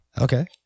Okay